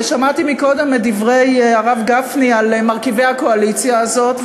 שמעתי קודם את דבריו של הרב גפני על מרכיבי הקואליציה הזאת,